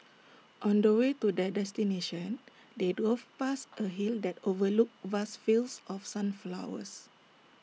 on the way to their destination they drove past A hill that overlooked vast fields of sunflowers